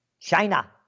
China